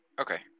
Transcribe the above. okay